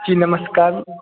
जी नमस्कार